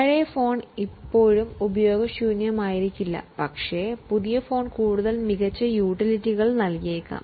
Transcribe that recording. പഴയ ഫോൺ ഇപ്പോഴും ഉപയോഗശൂന്യമായിരിക്കില്ല പക്ഷേ പുതിയ ഫോൺ കൂടുതൽ മികച്ച യൂട്ടിലിറ്റികൾ നൽകിയേക്കാം